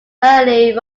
early